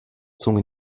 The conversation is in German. zunge